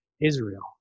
Israel